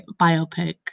biopic